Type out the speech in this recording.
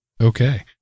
Okay